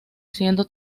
siendo